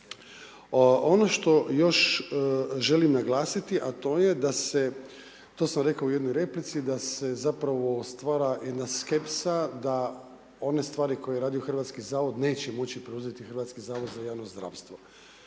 Ono što još želim naglasiti, a to je da se, to sam rekao u jednoj replici da se zapravo stvara jedna skepsa da one stvari koje radi Hrvatski zavod neće moći preuzeti Hrvatski zavod za javno zdravstvo.